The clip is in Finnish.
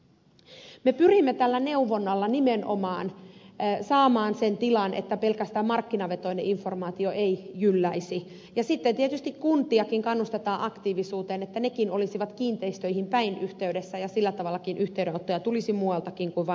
me pyrimme tällä neuvonnalla nimenomaan saamaan sen tilan että pelkästään markkinavetoinen informaatio ei jylläisi ja sitten tietysti kuntiakin kannustetaan aktiivisuuteen että nekin olisivat kiinteistöihin päin yhteydessä ja sillä tavallakin yhteydenottoja tulisi muualtakin kuin vain markkinavetoisesti